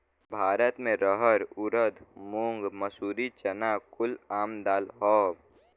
भारत मे रहर ऊरद मूंग मसूरी चना कुल आम दाल हौ